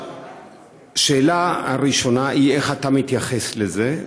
השאלה הראשונה היא איך אתה מתייחס לזה.